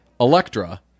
Electra